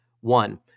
One